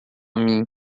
mim